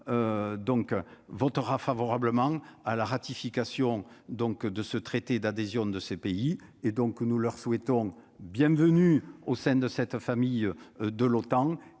votera favorablement à la ratification, donc de ce traité d'adhésion de ces pays et donc nous leur souhaitons bienvenue au sein de cette famille de l'OTAN